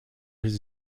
his